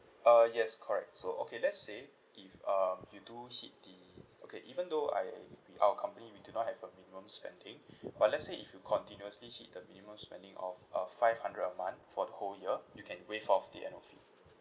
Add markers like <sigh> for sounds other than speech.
uh yes correct so okay let's say if um you do hit the okay even though I our company we do not have a minimum spending <breath> but let's say if you continuously hit the minimum spending of uh five hundred a month for the whole year you can waive off the annual fee